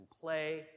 play